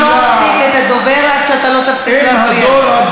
לא הגיע עד כדי כך שאתה תוכל להבין: יש לנו עונשים,